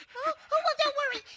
oh well don't worry.